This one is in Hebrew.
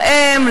לאם,